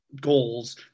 goals